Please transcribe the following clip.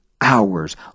hours